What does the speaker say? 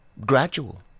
gradual